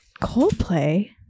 Coldplay